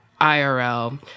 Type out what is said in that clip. IRL